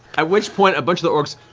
at which point, a bunch of the orcs